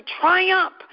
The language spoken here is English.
triumph